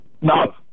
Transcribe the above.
No